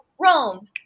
Rome